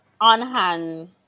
on-hand